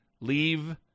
leave